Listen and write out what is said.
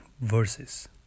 verses